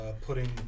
putting